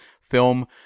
film